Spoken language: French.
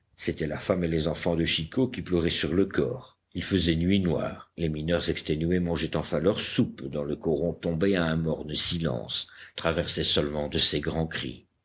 c'étaient la femme et les enfants de chicot qui pleuraient sur le corps il faisait nuit noire les mineurs exténués mangeaient enfin leur soupe dans le coron tombé à un morne silence traversé seulement de ces grands cris